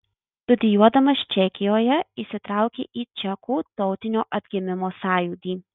studijuodamas čekijoje įsitraukė į čekų tautinio atgimimo sąjūdį